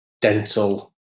dental